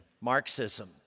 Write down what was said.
Marxism